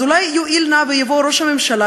אז אולי יואיל נא ויבוא ראש הממשלה